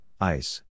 Ice